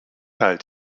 teil